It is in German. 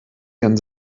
ihren